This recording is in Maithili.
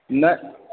नहि